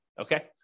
okay